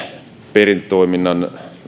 perintätoiminnan